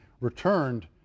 returned